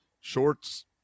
shorts